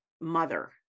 mother